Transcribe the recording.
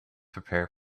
prepare